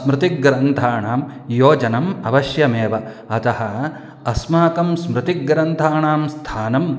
स्मृतिग्ग्रन्थानां योजनम् अवश्यमेव अतः अस्माकं स्मृतिग्रन्थानां स्थानं